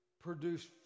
produce